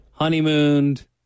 honeymooned